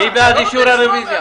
מי בעד אישור הרוויזיה?